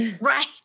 right